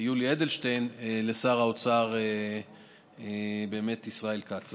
יולי אדלשטיין לשר האוצר ישראל כץ.